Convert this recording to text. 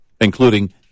including